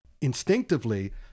instinctively